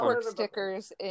stickers